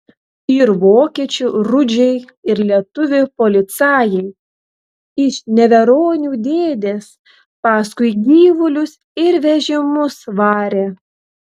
ir vokiečių rudžiai ir lietuvių policajai iš neveronių dėdės paskui gyvulius ir vežimus varė